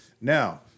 now